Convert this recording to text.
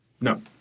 No